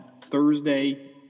Thursday